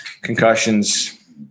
concussions